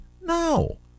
No